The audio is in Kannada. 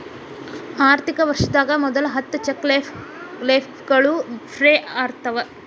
ಆರ್ಥಿಕ ವರ್ಷದಾಗ ಮೊದಲ ಹತ್ತ ಚೆಕ್ ಲೇಫ್ಗಳು ಫ್ರೇ ಇರ್ತಾವ